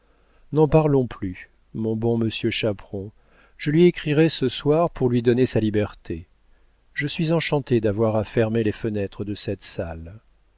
n'en parlons plus mon bon monsieur chaperon je lui écrirai ce soir pour lui donner sa liberté je suis enchantée d'avoir à fermer les fenêtres de cette salle